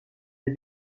les